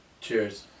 Cheers